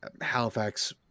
Halifax